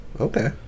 okay